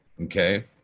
Okay